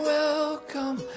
welcome